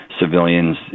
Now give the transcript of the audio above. civilians